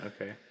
okay